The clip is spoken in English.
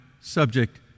subject